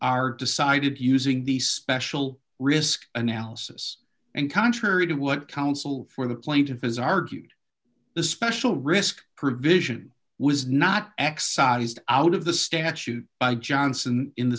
are decided using the special risk analysis and contrary to what counsel for the plaintiff has argued the special risk provision was not excised out of the statute johnson in the